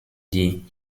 die